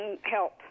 help